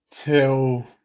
till